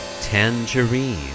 Tangerine